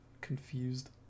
confused